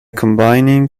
combining